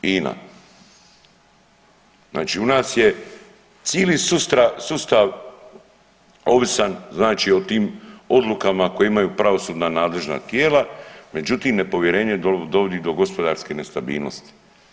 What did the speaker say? INA, znači u nas je cili sustav ovisan znači o tim odlukama koje imaju pravosudna nadležna tijela međutim nepovjerenje dovodi do gospodarske nestabilnosti.